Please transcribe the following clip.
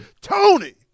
Tony